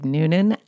Noonan